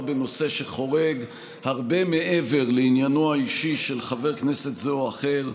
בנושא שחורג הרבה מעבר לעניינו האישי של חבר כנסת זה או אחר.